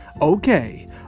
Okay